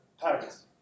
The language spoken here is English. Paris